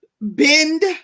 bend